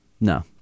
No